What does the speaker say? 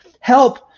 help